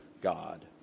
God